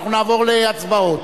אנחנו נעבור להצבעות.